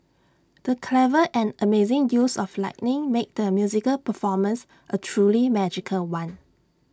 the clever and amazing use of lighting made the musical performance A truly magical one